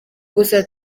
gusa